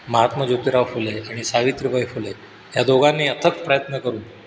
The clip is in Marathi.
महात्मा जोतीराव फुले आणि सावित्रीबाई फुले या दोघांनी अथक प्रयत्न करून